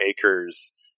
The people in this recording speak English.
acres